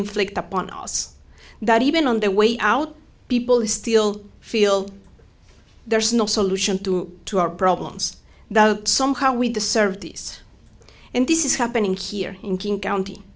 inflict upon us that even on their way out people who still feel there's no solution to to our problems that somehow we deserve these and this is happening here in king county